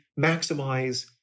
maximize